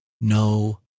no